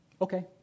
okay